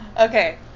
Okay